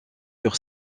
sur